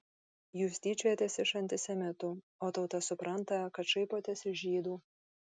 jūs tyčiojatės iš antisemitų o tauta supranta kad šaipotės iš žydų